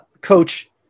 coach